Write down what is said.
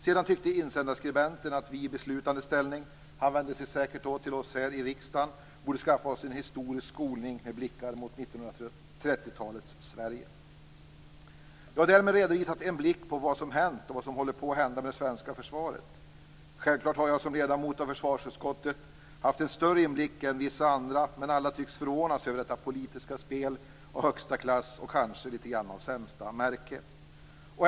Sedan tyckte insändarskribenten att vi i beslutande ställning - han vände sig säkert till oss här i riksdagen - borde skaffa oss historisk skolning, med blickar mot 1930-talets Sverige. Jag har därmed redovisat en blick av vad som hänt och vad som håller på att hända med det svenska försvaret. Självklart har jag som ledamot av försvarsutskottet haft en större inblick än vissa andra, men alla tycks förvånas av detta politiska spel av högsta klass och, kanske, sämsta märke.